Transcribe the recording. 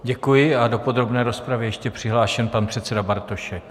Děkuji a do podrobné rozpravy je ještě přihlášen pan předseda Bartošek.